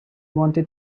wanted